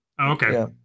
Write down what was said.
Okay